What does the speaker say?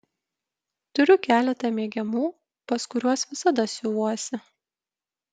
turiu keletą mėgiamų pas kuriuos visada siuvuosi